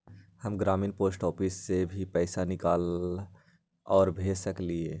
हम ग्रामीण post office से भी पैसा निकाल और भेज सकेली?